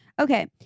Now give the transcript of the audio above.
Okay